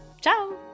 Ciao